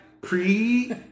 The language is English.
pre